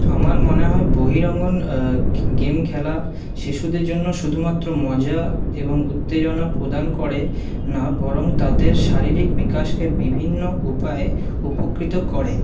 আমার মনে হয় বহিরাঙ্গন গেম খেলা শিশুদের জন্য শুধুমাত্র মজা এবং উত্তেজনা প্রদান করে না বরং তাদের শারীরিক বিকাশকে বিভিন্ন উপায়ে উপকৃত করে